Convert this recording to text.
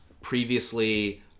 Previously